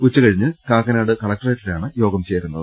ഉച്ചകഴിഞ്ഞ് കാക്കനാട് കലക്ട്രേറ്റിലാണ് യോഗം ചേരുന്നത്